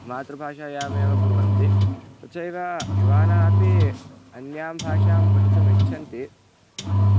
मातृभाषायामेव कुर्वन्ति तथैव युवानः अपि अन्यां भाषां पठितुम् इच्छन्ति